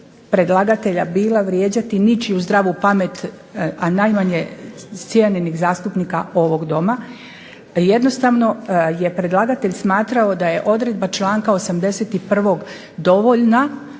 predlagatelja bila vrijeđati ničiju zdravu pamet, a najmanje cijenjenih zastupnika ovog Doma. Jednostavno je predlagatelj smatrao da je odredba članka 81. dovoljna